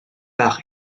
par